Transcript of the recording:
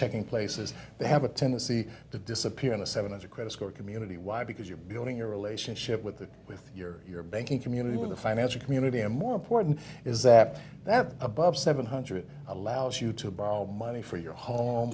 checking places they have a tendency to disappear in a seven hundred credit score community wide because you're building your relationship with the with your banking community with the financial community and more important is that that above seven hundred allows you to borrow money for your home